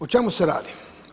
O čemu se radi?